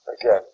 again